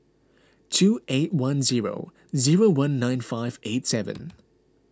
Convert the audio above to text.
two eight one zero zero one nine five eight seven